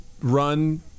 run